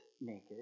naked